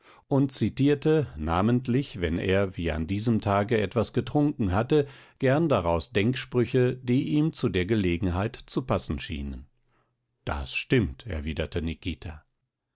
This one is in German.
und zitierte namentlich wenn er wie an diesem tage etwas getrunken hatte gern daraus denksprüche die ihm zu der gelegenheit zu passen schienen das stimmt erwiderte nikita